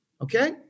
Okay